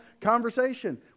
conversation